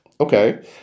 Okay